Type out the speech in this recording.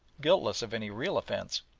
guiltless of any real offence.